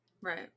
Right